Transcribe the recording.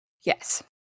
Yes